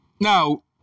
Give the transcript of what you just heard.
Now